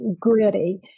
gritty